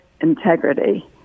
integrity